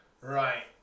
Right